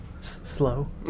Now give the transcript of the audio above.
slow